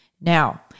Now